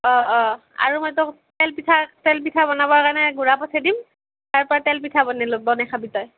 অঁ অঁ আৰু মাত্ৰ তেল পিঠা তেল পিঠা বনাবৰ কাৰণে গুড়া পঠেই দিম তাৰ পৰা তেল পিঠা বনাই লবি বনাই খাবি তই